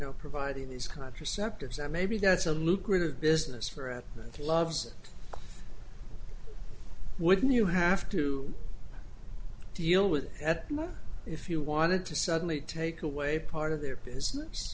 know providing these contraceptives and maybe that's a lucrative business for a loves wouldn't you have to deal with that if you wanted to suddenly take away part of their business